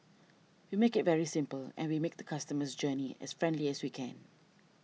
we make it very simple and we make the customer's journey as friendly as we can